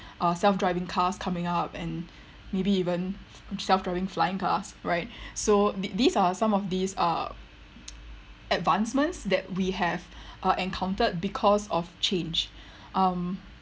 uh self driving cars coming up and maybe even self driving flying cars right so the~ these are some of these are advancements that we have uh encountered because of change um